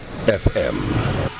FM